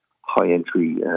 high-entry